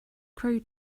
crow